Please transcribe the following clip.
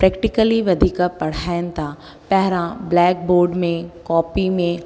practically वधीक पढ़ाइनि था पहिरां ब्लैक बोड में कॉपी में